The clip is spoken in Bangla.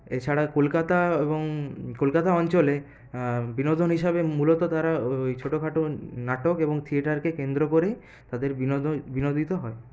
এছাড়া কলকাতা এবং কলকাতা অঞ্চলে বিনোদন হিসাবে মূলত তারা ওই ছোটখাটো নাটক এবং থিয়েটারকে কেন্দ্র করে তাদের বিনোদন বিনোদিত হয়